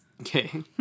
Okay